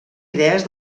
idees